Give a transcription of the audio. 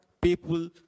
people